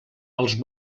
els